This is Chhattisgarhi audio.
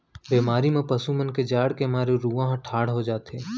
बेमारी म पसु मन के जाड़ के मारे रूआं ह ठाड़ हो जाथे